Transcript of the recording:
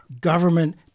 Government